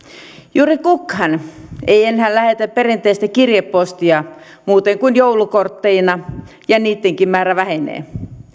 juuri kukaan ei enää lähetä perinteistä kirjepostia muuta kuin joulukortteina ja niittenkin määrä vähenee